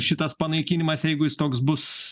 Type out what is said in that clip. šitas panaikinimas jeigu jis toks bus